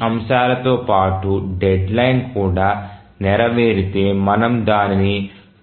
ఈ అంశాలతో పాటు డెడ్లైన్ కూడా నెరవేరితే మనము దానిని